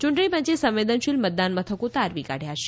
ચૂંટણી પંચે સંવેદનશીલ મતદાન મથકો તારવી કાઢ્યા છે